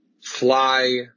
fly